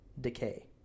decay